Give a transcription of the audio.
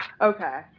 Okay